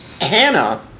Hannah